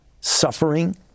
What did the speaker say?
suffering